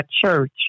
church